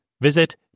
Visit